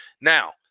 Now